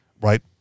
right